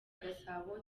gasabo